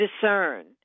discern